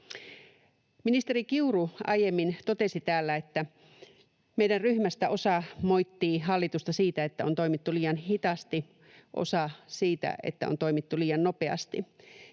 Ministeri Kiuru aiemmin totesi täällä, että meidän ryhmästä osa moittii hallitusta siitä, että on toimittu liian hitaasti, osa siitä, että on toimittu liian nopeasti.